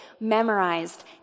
memorized